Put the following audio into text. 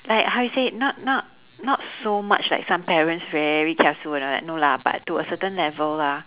like how you say not not not so much like some parents very kiasu and all that no lah but to a certain level lah